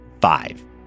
five